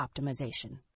optimization